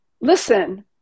listen